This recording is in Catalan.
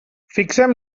fixem